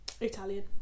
Italian